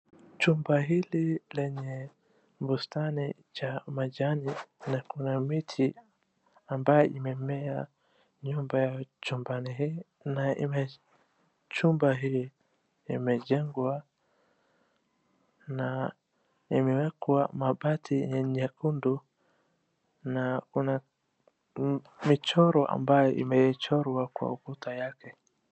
Chuma hili lenye bustani cha majani na kuna miti ambayo imemea nyuma ya chumbani hii na chumba hii imejengwa na imewekwa mabati ya nyekundu na una michoro ambayo imechorwa kwa ukuta.